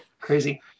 Crazy